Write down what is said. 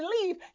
believe